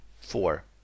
four